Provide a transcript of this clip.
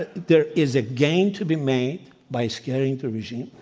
ah there is a gain to be made by scaring the regime,